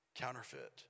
counterfeit